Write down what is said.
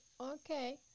okay